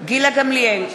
גילה גמליאל,